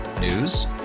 News